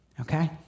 okay